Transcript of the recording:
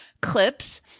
clips